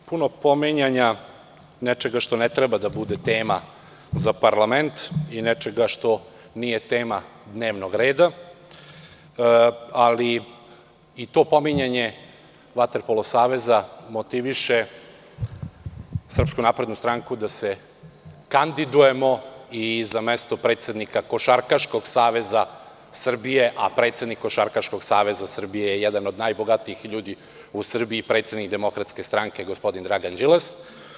Puno pominjanja nečega što ne treba da bude tema za parlament i nečega što nije tema dnevnog reda, ali i to pominjanje Vaterpolo saveza motiviše SNS da se kandidujemo i za mesto predsednika Košarkaškog saveza Srbije, a predsednik KSS je jedan od najbogatijih ljudi u Srbiji, predsednik DS, gospodin Dragan Đilas.